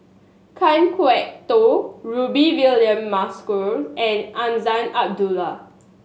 Kan Kwok Toh Rudy William Mosbergen and Azman Abdullah